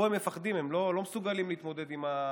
פה הם מפחדים, הם לא מסוגלים להתמודד עם הציבור,